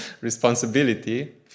responsibility